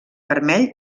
vermell